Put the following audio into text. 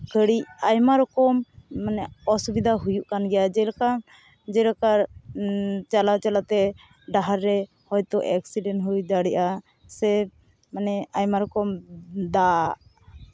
ᱜᱷᱟᱹᱲᱤᱡ ᱟᱭᱢᱟ ᱨᱚᱠᱚᱢ ᱢᱟᱱᱮ ᱚᱥᱩᱵᱤᱫᱷᱟ ᱦᱩᱭᱩᱜ ᱠᱟᱱ ᱜᱮᱭᱟ ᱡᱮᱞᱮᱠᱟ ᱡᱮᱞᱮᱠᱟ ᱪᱟᱞᱟᱣ ᱪᱟᱞᱟᱣᱛᱮ ᱰᱟᱦᱟᱨ ᱨᱮ ᱦᱚᱭᱛᱳ ᱮᱠᱥᱤᱰᱮᱱᱴ ᱦᱩᱭ ᱫᱟᱲᱮᱭᱟᱜᱼᱟ ᱥᱮ ᱢᱟᱱᱮ ᱟᱭᱢᱟ ᱨᱚᱠᱚᱢ ᱫᱟᱜ